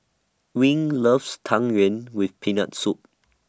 Ewing loves Tang Yuen with Peanut Soup